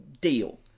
deal